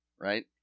right